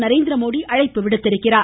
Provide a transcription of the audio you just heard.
நரேந்திரமோதி அழைப்பு விடுத்துள்ளார்